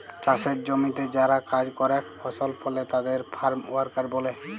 চাসের জমিতে যারা কাজ করেক ফসল ফলে তাদের ফার্ম ওয়ার্কার ব্যলে